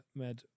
med